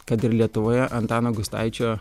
kad ir lietuvoje antano gustaičio